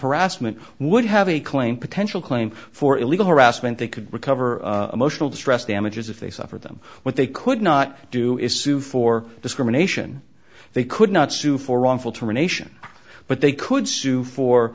harassment would have a claim potential claim for illegal harassment they could recover emotional distress damages if they suffered them what they could not do is sue for discrimination they could not sue for wrongful termination but they could sue for